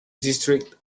district